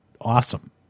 awesome